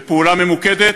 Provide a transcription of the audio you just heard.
בפעולה ממוקדת,